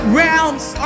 realms